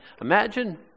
imagine